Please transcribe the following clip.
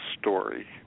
story